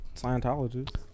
Scientologist